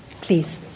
please